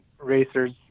Racers